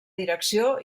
direcció